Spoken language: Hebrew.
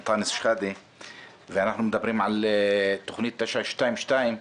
ואנחנו מדברים על תכנית 922,